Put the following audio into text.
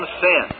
sin